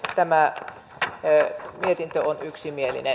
tämä mietintö on yksimielinen